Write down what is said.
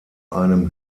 einem